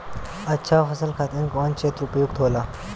अच्छा फसल खातिर कौन क्षेत्र उपयुक्त होखेला?